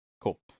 Cool